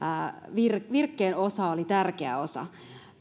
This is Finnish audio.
virkkeen osa oli tärkeä osa